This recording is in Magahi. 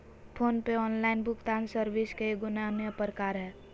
फोन पे ऑनलाइन भुगतान सर्विस के एगो अन्य प्रकार हय